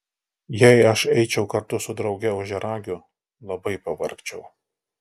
jei aš eičiau kartu su drauge ožiaragiu labai pavargčiau